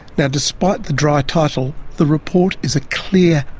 now, despite the dry title, the report is a clear,